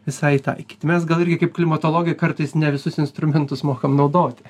visai taikyti mes gal irgi kaip klimatologai kartais ne visus instrumentus mokam naudoti